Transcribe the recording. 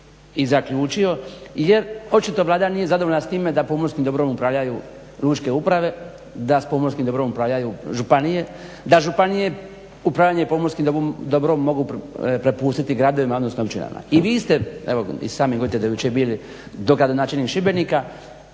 i zaključio jer očito Vlada nije zadovoljna s time da pomorskim dobrom upravljaju lučke uprave, da s pomorskim dobrom upravljaju županije, da županije upravljanje pomorskim dobrom mogu prepustiti gradovima, odnosno općinama. I vi ste evo i sami … do jučer bili dogradonačelnik Šibenika,